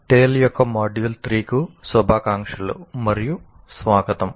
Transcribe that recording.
TALE యొక్క module 3 కు శుభాకాంక్షలు మరియు స్వాగతం